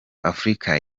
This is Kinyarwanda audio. afurika